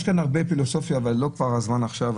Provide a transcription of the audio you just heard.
יש כאן הרבה פילוסופיה אבל זה לא הזמן עכשיו.